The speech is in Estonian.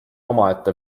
omaette